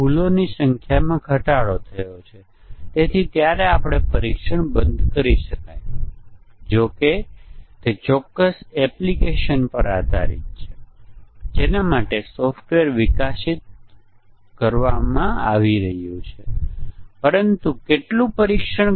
બધા મોડ્યુલો જોડાયેલા સંકલિત અને પછી આપણે આ માટે ટેસ્ટીંગ કેસ ચલાવીએ છીએ પરંતુ અહીં સમસ્યા એ છે કે બિગ બેંગ ટેસ્ટીંગ ફક્ત ત્યારે જ કામ કરી શકે છે જો આપણી પાસે બે કે ત્રણ સરળ મોડ્યુલો હોય